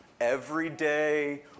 everyday